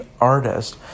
artist